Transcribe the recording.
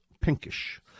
pinkish